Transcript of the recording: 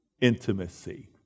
intimacy